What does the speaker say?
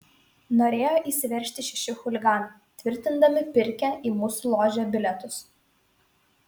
norėjo įsiveržti šeši chuliganai tvirtindami pirkę į mūsų ložę bilietus